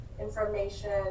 information